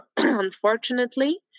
Unfortunately